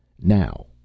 Now